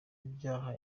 ibyaha